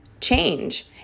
change